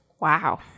Wow